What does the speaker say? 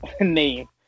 name